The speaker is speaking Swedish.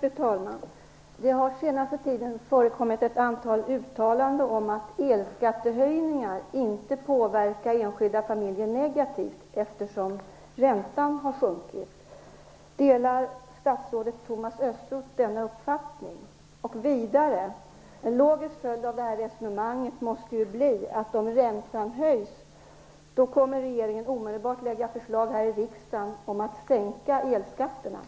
Fru talman! Det har under den senaste tiden förekommit ett antal uttalanden om att elskattehöjningar inte påverkar enskilda familjer negativt eftersom räntan har sjunkit. Delar statsrådet Thomas Östros denna uppfattning? Vidare: En logisk följd av detta resonemang måste då bli att om räntan höjs kommer regeringen omedelbart att lägga fram förslag till riskdagen om en sänkning av elskatterna,